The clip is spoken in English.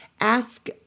ask